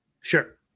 Sure